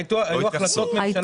אבל כן היו החלטות ממשלה